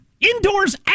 Indoors